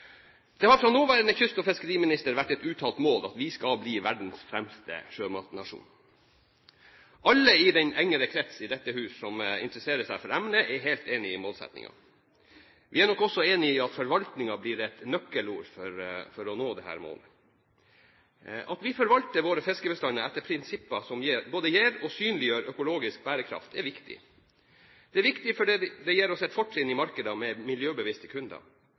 Det har fra nåværende kyst- og fiskeriminister vært et uttalt mål at vi skal bli verdens fremste sjømatnasjon. Alle i den engere krets i dette hus som interesserer seg for emnet, er helt enig i målsettingen. Vi er nok også enig i at forvaltningen blir et nøkkelord for å nå dette målet. At vi forvalter våre fiskebestander etter prinsipper som både gir og synliggjør økologisk bærekraft, er viktig. Det er viktig fordi det gir oss et fortrinn i markeder med miljøbevisste kunder,